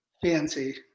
fancy